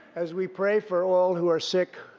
as we pray for all who are sick,